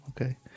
okay